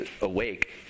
awake